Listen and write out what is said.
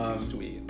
Sweet